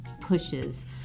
pushes